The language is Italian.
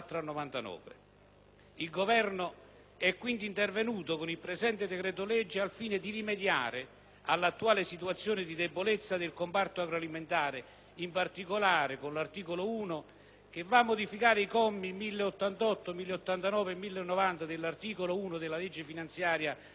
Il Governo è dunque intervenuto con il presente decreto-legge al fine di rimediare all'attuale situazione di debolezza del comparto agroalimentare, in particolare con l'articolo 1, che modifica i commi 1088, 1089, 1090 dell'articolo 1 della legge finanziaria per il 2007,